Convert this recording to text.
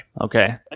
Okay